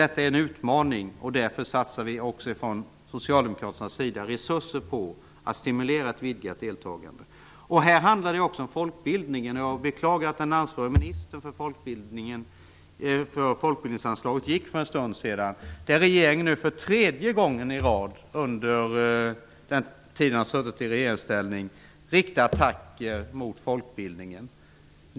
Detta är en utmaning, och därför vill socialdemokraterna satsa resurser för att stimulera till ett vidgat deltagande. Här handlar det också om folkbildningen, och jag beklagar att den för folkbildningen ansvariga ministern lämnade kammaren för en stund sedan. Den nuvarande regeringen riktar nu för tredje året i rad attacker mot folkbildning.